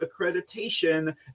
accreditation